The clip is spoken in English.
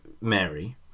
Mary